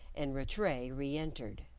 and rattray re-entered.